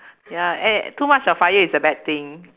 ya eh too much of fire is a bad thing